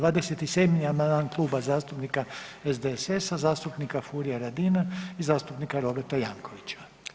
27. amandman Kluba zastupnika SDSS-a, zastupnika Furia Radina i zastupnika Roberta Jankovića.